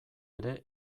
ere